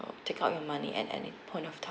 um take out your money at any point of time